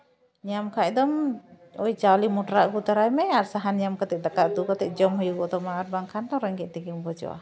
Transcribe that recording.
ᱧᱟᱢ ᱠᱷᱟᱡ ᱫᱚᱢ ᱳᱭ ᱪᱟᱣᱞᱮ ᱢᱚᱴᱨᱟ ᱟᱹᱜᱩ ᱛᱟᱨᱟᱭᱢᱮ ᱟᱨ ᱥᱟᱦᱟᱱ ᱧᱟᱢ ᱠᱟᱛᱮᱫ ᱫᱟᱠᱟ ᱩᱛᱩ ᱠᱟᱛᱮᱫ ᱡᱚᱢ ᱦᱩᱭᱩᱜ ᱛᱟᱢᱟ ᱵᱟᱝᱠᱷᱟᱡ ᱫᱚᱢ ᱨᱮᱸᱜᱮᱡ ᱛᱮᱜᱮᱢ ᱜᱩᱡᱩᱜᱼᱟ